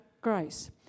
Grace